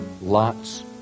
Lot's